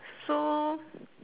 so